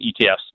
ETFs